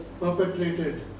perpetrated